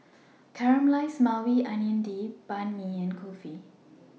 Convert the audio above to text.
Caramelized Maui Onion Dip Banh MI and Kulfi